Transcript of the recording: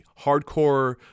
hardcore